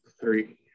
Three